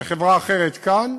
וחברה אחרת כאן,